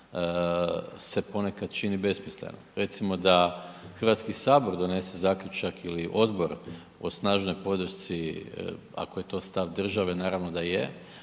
se ponekad čini besmisleno. Recimo da HS donese zaključak ili odbor o snažnoj podršci ako je to stav države, naravno da je,